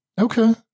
Okay